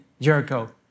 Jericho